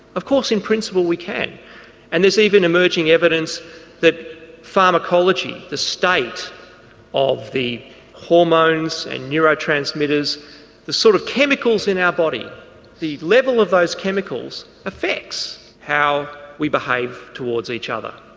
of course in principle we can and there's even emerging evidence that pharmacology the state of the hormones and neurotransmitters the sort of chemicals in our body the level of those chemicals affects how we behave towards each other.